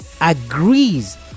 agrees